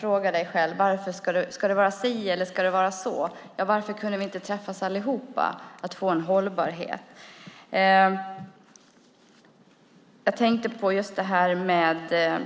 frågar dig själv om det ska vara si eller så. Varför kunde vi inte träffas allihop för att få en hållbarhet? Jag tänker vidare på